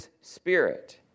spirit